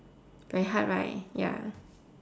very hard right ya